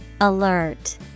Alert